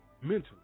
mentally